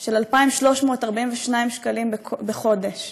של 2,342 בחודש.